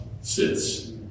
sits